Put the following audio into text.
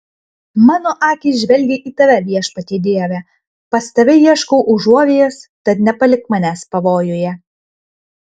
mano akys žvelgia į tave viešpatie dieve pas tave ieškau užuovėjos tad nepalik manęs pavojuje